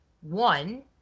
one